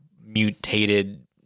mutated